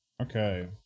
Okay